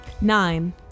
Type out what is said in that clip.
Nine